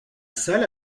salle